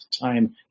time